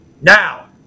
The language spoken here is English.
Now